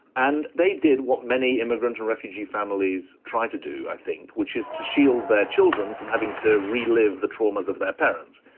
and they did what many immigrant and refugee families tried to do, i think, which is to shield their children from having to relive the traumas of their parents.